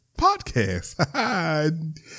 podcast